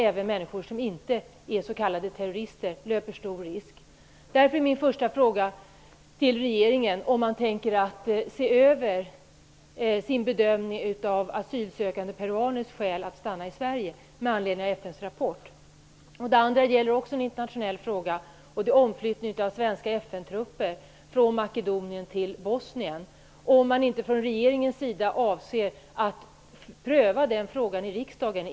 Även människor som inte är s.k. terrorister löper stor risk. Det andra är också en internationell fråga. Avser regeringen att pröva flyttningen av svenska FN trupper från Makedonien till Bosnien i riksdagen?